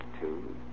two